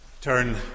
Turn